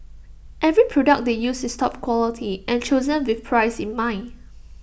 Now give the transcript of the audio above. every product they use is top quality and chosen with price in mind